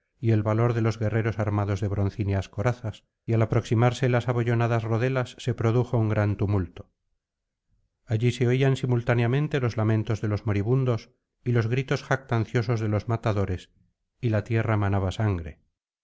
y el valor de los guerreros armados de broncíneas corazas y al aproximarse las abollonadas rodelas se produjo un gran tumulto allí se oían simultáneamente los lamentos de los moribundos y los gritos jactanciosos de los matadores y la tierra manaba sangre